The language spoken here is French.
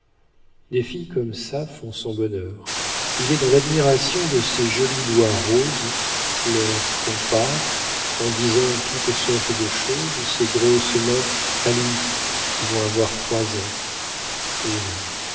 des filles comme ça font son bonheur il est dans l'admiration de ces jolis doigts roses leur compare en disant toutes sortes de choses ses grosses mains à lui qui vont avoir trois ans